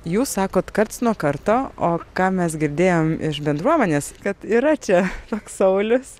jūs sakot karts nuo karto o ką mes girdėjom iš bendruomenės kad yra čia toks saulius